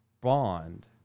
bond